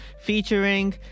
featuring